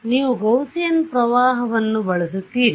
ಆದ್ದರಿಂದ ನೀವು ಗೌಸಿಯನ್ ಪ್ರವಾಹವನ್ನು ಬಳಸುತ್ತೀರಿ